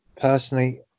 personally